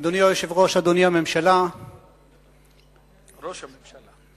אדוני היושב-ראש, אדוני ראש הממשלה,